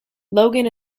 logan